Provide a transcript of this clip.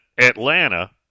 Atlanta